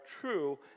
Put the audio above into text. true